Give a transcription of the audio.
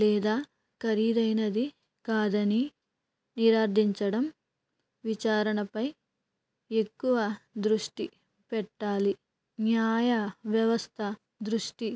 లేదా ఖరీదైనది కాదని నిరాటించడం విచారణపై ఎక్కువ దృష్టి పెట్టాలి న్యాయ వ్యవస్థ దృష్టి